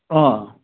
অঁ